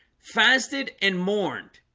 fasted and mourned,